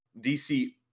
DC